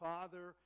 Father